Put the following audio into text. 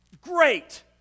great